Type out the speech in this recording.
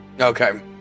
Okay